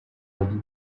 avis